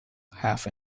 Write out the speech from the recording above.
half